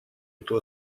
эту